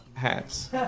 Hats